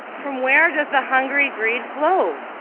from where does the hungry greed flow?